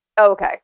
okay